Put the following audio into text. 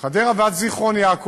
חדרה ועד זיכרון-יעקב,